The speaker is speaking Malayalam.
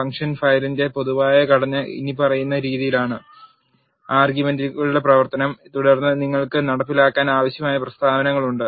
ഫംഗ്ഷൻ ഫയലിന്റെ പൊതുവായ ഘടന ഇനിപ്പറയുന്ന രീതിയിൽ ആർഗ്യുമെന്റുകളുടെ പ്രവർത്തനം തുടർന്ന് നിങ്ങൾക്ക് നടപ്പിലാക്കാൻ ആവശ്യമായ പ്രസ്താവനകൾ ഉണ്ട്